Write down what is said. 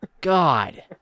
God